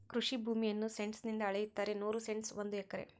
ಕೃಷಿ ಭೂಮಿಯನ್ನು ಸೆಂಟ್ಸ್ ನಿಂದ ಅಳೆಯುತ್ತಾರೆ ನೂರು ಸೆಂಟ್ಸ್ ಒಂದು ಎಕರೆ